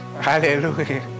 hallelujah